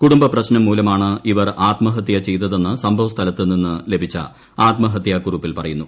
കുടുംബപ്രശ്നം മൂലമാണ് ഇവർ ആത്മഹത്യ ചെയ്തതെന്ന് സംഭവസ്ഥലത്തു നിന്ന് ലഭിച്ച ആത്മഹത്യാക്കുറിപ്പിൽ പറയുന്നു